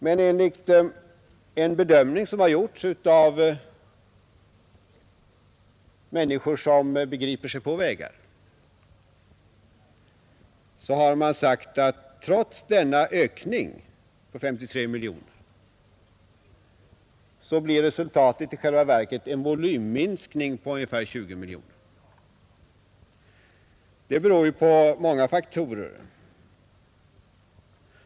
Men vid en bedömning som har gjorts av människor som begriper sig på vägar har man sagt att trots denna ökning på 53 miljoner blir resultatet i själva verket en volymminskning på ungefär 20 miljoner kronor. Det beror på många faktorer.